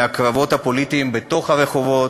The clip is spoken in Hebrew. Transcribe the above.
מהקרבות הפוליטיים ברחובות,